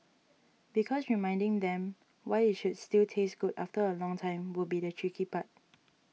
because reminding them why it should still taste good after a long time would be the tricky part